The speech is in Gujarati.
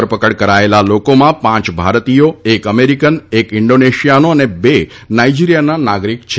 ધરપકડ કરાયેલા લોકોમાં પાંચ ભારતીયો એક અમેરિકન એક ઇન્ડોનેશિયાનો અને બે નાઇજીરીયાના નાગરિક છે